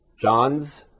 John's